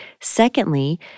Secondly